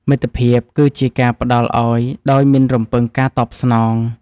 មិត្តភាពគឺជាការផ្ដល់ឱ្យដោយមិនរំពឹងការតបស្នង។